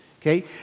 okay